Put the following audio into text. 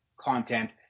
content